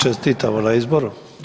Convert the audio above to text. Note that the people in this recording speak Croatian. Čestitamo na izboru.